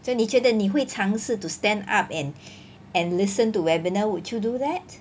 so 你觉得你会尝试 to stand up and and listen to webinar would you do that